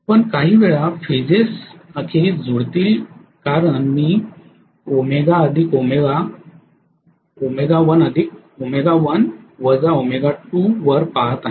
पण काही वेळा फेझस अखेरीस जुळतील कारण मी वर पहात आहे